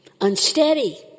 unsteady